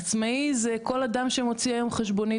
עצמאי זה כל אדם שמוציא היום חשבונית